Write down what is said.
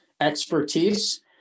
expertise